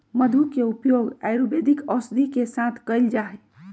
मधु के उपयोग आयुर्वेदिक औषधि के साथ कइल जाहई